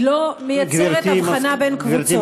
היא לא מייצרת הבחנה בין קבוצות.